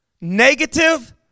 negative